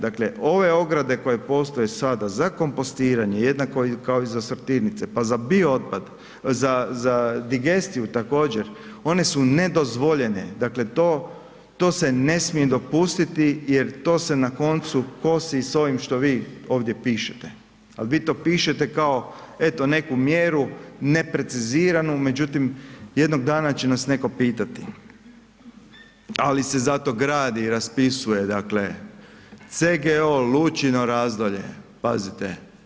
Dakle, ove ograde koje postoje sada za kompostiranje, jednako kao i za sortirnice, pa za bio otpad, za digestiju također one su nedozvoljene, dakle to se ne smije dopustiti jer to se na koncu kosi s ovim što vi ovdje pišete, al vi to pišete kao eto neku mjeru nepreciziranu, međutim jednog dana će nas netko pitati, ali se zato gradi i raspisuje dakle CGO Lučino razdolje, pazite.